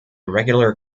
regular